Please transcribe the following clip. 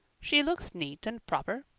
she looks neat and proper.